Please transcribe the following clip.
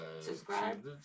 subscribe